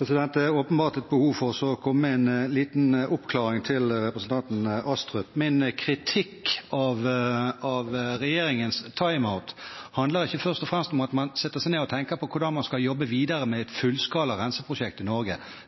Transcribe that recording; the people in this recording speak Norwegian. Det er åpenbart et behov for å komme med en liten oppklaring til representanten Astrup. Min kritikk av regjeringens «time out» handler ikke først og fremst om at man setter seg ned og tenker på hvordan man skal jobbe videre med et fullskala renseprosjekt i Norge.